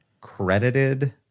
credited